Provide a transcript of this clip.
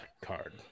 card